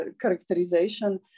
characterization